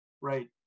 right